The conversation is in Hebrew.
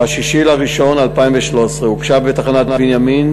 ב-6 בינואר 2013 הוגשה בתחנת בנימין